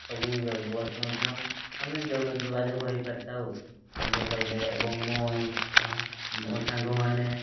ସବୁ ବ୍ୟବସ୍ଥା ମଧ୍ୟ ଆମେ ଯୋଗାଯୋଗ ହୋଇପାରିଥାଉ ଭିଡ଼ିଓ କଲ୍ରେ ଏବଂ ମୋ ମୋ ସାଙ୍ଗମାନେ